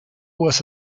was